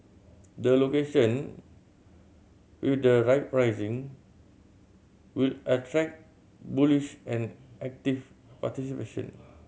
the location with the right pricing will attract bullish and active participation